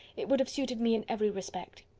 it would have suited me in every respect.